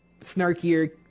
snarkier